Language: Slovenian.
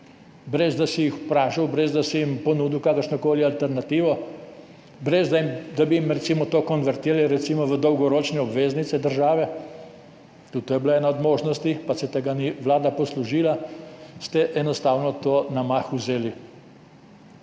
brez da si jih vprašal, brez da si jim ponudil kakršno koli alternativo, brez da bi jim recimo to konvertirali v dolgoročne obveznice države, tudi to je bila ena od možnosti, pa se tega vlada ni poslužila, ste enostavno to vzeli